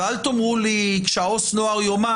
אל תאמרו לי שכאשר העובד הסוציאלי יאמר,